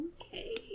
Okay